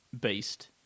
beast